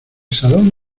salón